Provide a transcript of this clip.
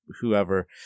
whoever